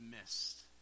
missed